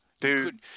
Dude